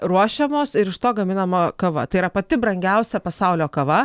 ruošiamos ir iš to gaminama kava tai yra pati brangiausia pasaulio kava